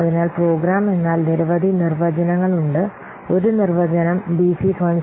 അതിനാൽ പ്രോഗ്രാം എന്നാൽ നിരവധി നിർവചനങ്ങൾ ഉണ്ട് ഒരു നിർവചനം ഡിസി ഫേൺസ് D